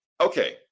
okay